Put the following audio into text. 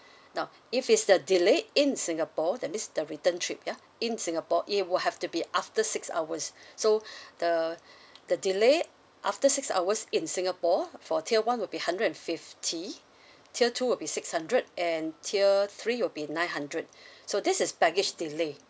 now if it's the delay in singapore that means the return trip ya in singapore it will have to be after six hours so the the delay after six hours in singapore for tier one will be hundred and fifty tier two will be six hundred and tier three will be nine hundred so this is baggage delay